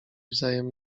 wzajem